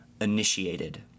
initiated